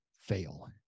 fail